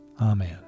Amen